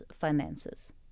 finances